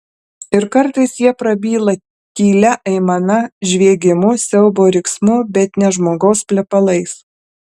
ir kartais jie prabyla tylia aimana žviegimu siaubo riksmu bet ne žmogaus plepalais